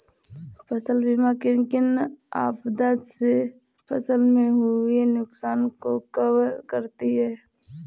फसल बीमा किन किन आपदा से फसल में हुए नुकसान को कवर करती है